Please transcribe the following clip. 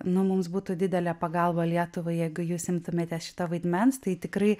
nu mums būtų didelė pagalba lietuvai jeigu jūs imtumėtės šito vaidmens tai tikrai